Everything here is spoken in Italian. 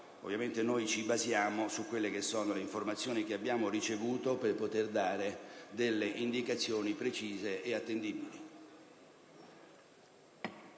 Pertanto, noi ci basiamo ovviamente sulle informazioni che abbiamo ricevuto per poter dare delle indicazioni precise e attendibili.